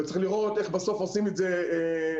וצריך לראות איך בסוף עושים את זה מושלם,